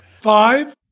Five